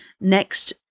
next